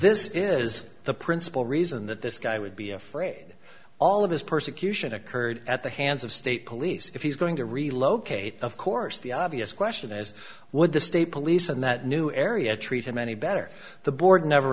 this is the principal reason that this guy would be afraid all of his persecution occurred at the hands of state police if he's going to relocate of course the obvious question is would the state police and that new area treat him any better the board never